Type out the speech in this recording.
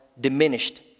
diminished